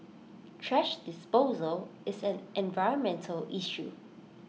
thrash disposal is an environmental issue